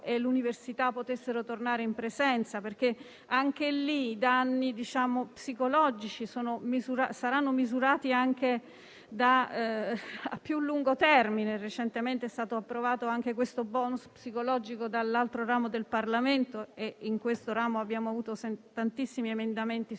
e l'università potessero tornare in presenza, perché anche in tale ambito i danni psicologici saranno misurati sul lungo termine. Recentemente è stato approvato anche il *bonus* psicologo dall'altro ramo del Parlamento e in questo Camera abbiamo avuto tantissimi emendamenti in